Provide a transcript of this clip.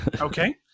Okay